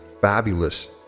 fabulous